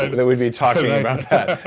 ah that we'd be talking about that.